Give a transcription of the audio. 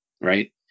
right